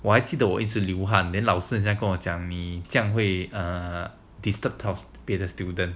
我还记得我一直流汗连老师再跟我讲你这样会 err disturb 到别的 student